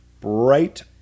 bright